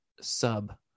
sub